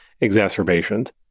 exacerbations